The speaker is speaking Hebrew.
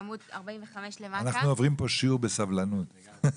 בעמוד --- אני רציתי לשאול שאלה.